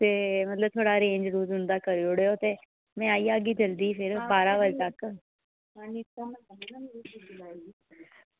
मतलब छड़ा रेंज तगर करी लैयो ते में आई जाह्गी जल्दी बारां बजे तगर